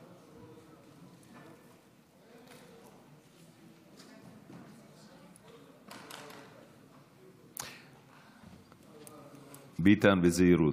ביטן, בזהירות.